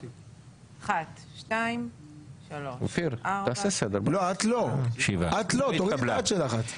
לא, את לא, תורידי את היד שלך.